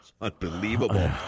Unbelievable